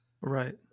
Right